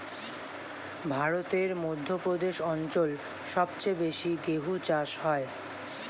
ভারতের মধ্য প্রদেশ অঞ্চল সবচেয়ে বেশি গেহু চাষ হয়